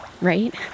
right